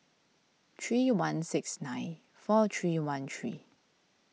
three one six nine four three one three